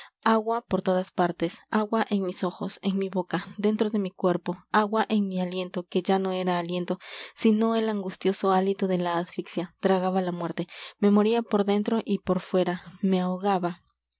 agua por todas partes agua en mis ojos en mi boca dentro de mi cuerpo agua en mi aliento que ya no era aliento sino el angustioso hálito de la asfixia tragaba la muerte me moría por dentro y por fuera me ahogaba